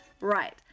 Right